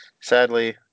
Sadly